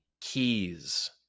keys